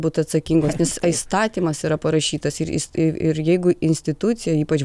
būti atsakingos nes įstatymas yra parašytas ir ir jeigu institucija ypač